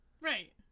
Right